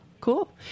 Cool